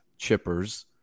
chippers